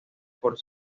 por